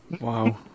Wow